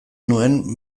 nuen